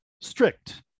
strict